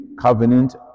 covenant